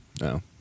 No